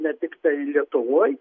ne tiktai lietuvoj